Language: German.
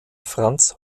franz